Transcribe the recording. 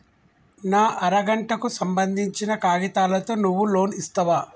నా అర గంటకు సంబందించిన కాగితాలతో నువ్వు లోన్ ఇస్తవా?